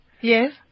yes